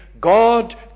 God